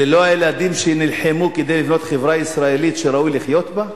אלה לא הילדים שנלחמו כדי לבנות חברה ישראלית שראוי לחיות בה,